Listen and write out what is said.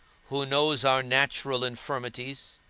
who knows our natural infirmities,